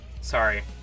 Sorry